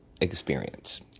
experience